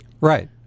Right